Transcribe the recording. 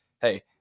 Hey